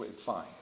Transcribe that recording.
fine